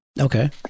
Okay